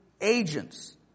agents